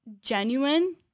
genuine